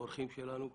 באורחים שלנו כאן,